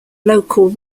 local